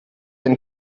ein